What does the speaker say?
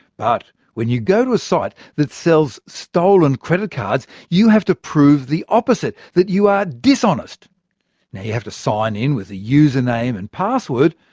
but when you go to a site that sells stolen credit cards, you have to prove the opposite that you are dishonest. you have to sign in with a username and password.